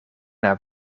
naar